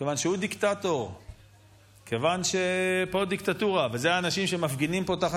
כמובן שאפשר